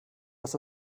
dass